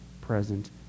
present